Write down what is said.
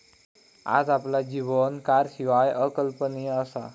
आज आपला जीवन कारशिवाय अकल्पनीय असा